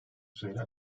süreyle